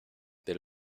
del